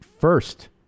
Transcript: first